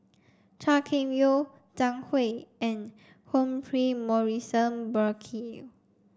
Chua Kim Yeow Zhang Hui and Humphrey Morrison Burkill